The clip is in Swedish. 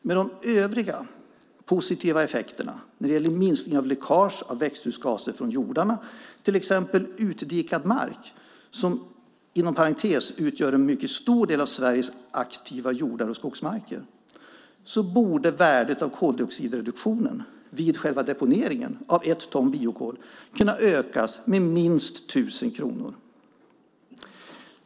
Med de övriga positiva effekterna när det gäller minskning av läckage av växthusgaser från vissa jordar, till exempel utdikad mark, som inom parentes utgör en mycket stor del av Sveriges aktiva jordar och skogsmarker borde värdet av koldioxidreduktionen vid själva deponeringen av ett ton biokol kunna ökas med minst 1 000 kronor.